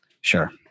sure